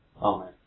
Amen